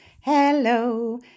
hello